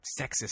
sexist